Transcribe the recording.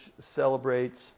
celebrates